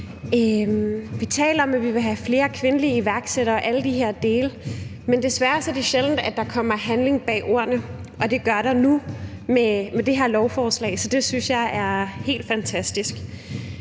Vi taler om, at vi vil have flere kvindelige iværksættere, og alle de her dele, men desværre er det sjældent, at der kommer handling bag ordene. Det gør der nu med det her lovforslag, så det synes jeg er helt fantastisk.